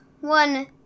one